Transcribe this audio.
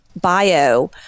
bio